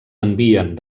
envien